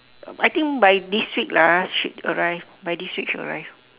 I think by this week lah should arrive by this week should arrive